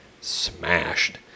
smashed